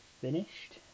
finished